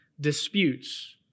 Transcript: disputes